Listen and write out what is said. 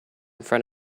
front